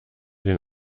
den